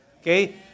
Okay